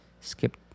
skip